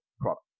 product